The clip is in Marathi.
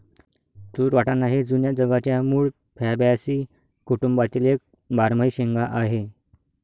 तूर वाटाणा हे जुन्या जगाच्या मूळ फॅबॅसी कुटुंबातील एक बारमाही शेंगा आहे